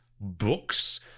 books